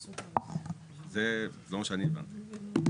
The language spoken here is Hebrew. זה לא מה שאני הבנתי.